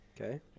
Okay